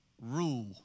rule